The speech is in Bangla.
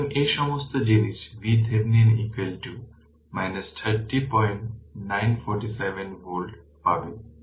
সুতরাং এই সমস্ত জিনিস VThevenin 30947 ভোল্ট পাবে